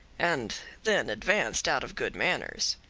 and then advanced out of good manners.